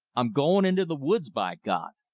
i'm going into the woods, by god!